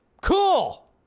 Cool